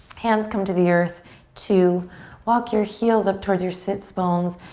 hands come to the earth to walk your heels up towards your sits bones.